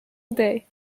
day